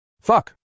Fuck